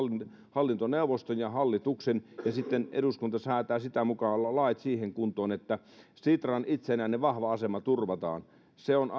hallintoneuvoston ja hallituksen ja sitten eduskunta säätää sitä mukaa lait siihen kuntoon että sitran itsenäinen vahva asema turvataan se on